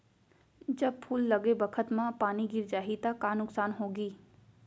जब फूल लगे बखत म पानी गिर जाही त का नुकसान होगी?